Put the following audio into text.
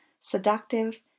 seductive